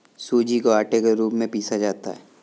सूजी को आटे के रूप में पीसा जाता है